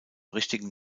richtigen